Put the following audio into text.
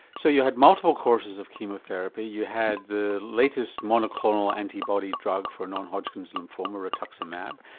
so you had multiple courses of chemo therapy, you had the latest monoclonal antibody drug for non-hodgkin's lymphoma, rituximab,